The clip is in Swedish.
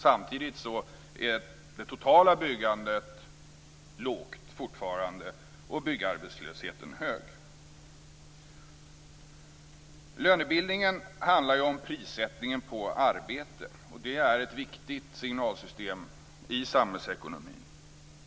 Samtidigt är det totala byggandet fortfarande lågt, och byggarbetslösheten hög. Lönebildningen handlar om prissättning på arbete. Det är ett viktigt signalsystem i samhällsekonomin.